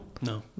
No